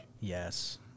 Yes